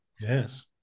Yes